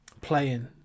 playing